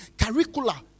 curricula